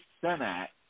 Senate